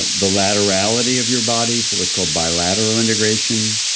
ah the laterality of your body for what's called bilateral integration.